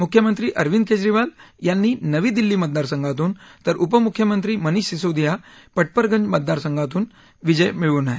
मुख्यमंत्री अरंविद केजरीवाल यांनी नवी दिल्ली मतदारसंघातून तर उपमुख्यमंत्री मनिष सिसोदिया पटपरगंज मतदारसंघातून विजय मिळवला आहे